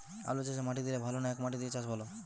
আলুচাষে মাটি দিলে ভালো না একমাটি দিয়ে চাষ ভালো?